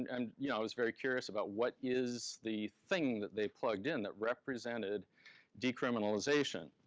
and yeah i was very curious about what is the thing that they plugged in that represented decriminalization?